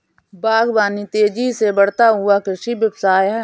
बागवानी तेज़ी से बढ़ता हुआ कृषि व्यवसाय है